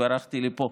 ברחתי לפה,